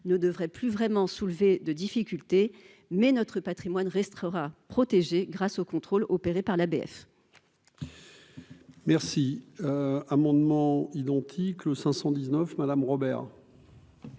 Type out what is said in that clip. ne devrait plus vraiment soulever de difficultés, mais notre Patrimoine restera protégée grâce au contrôle opéré par la BF.